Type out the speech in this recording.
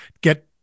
get –